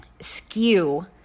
Skew